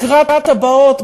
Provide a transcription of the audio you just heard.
לקראת הבאות,